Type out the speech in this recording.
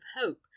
hope